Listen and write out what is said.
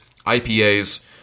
IPAs